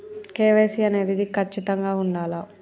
KYC అనేది ఖచ్చితంగా ఉండాలా?